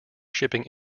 shipping